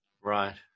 Right